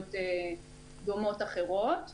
רגולטוריות דומות אחרות.